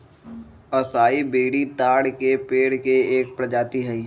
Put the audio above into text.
असाई बेरी ताड़ के पेड़ के एक प्रजाति हई